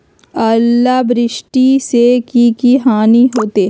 ओलावृष्टि से की की हानि होतै?